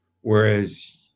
Whereas